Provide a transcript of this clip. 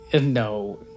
No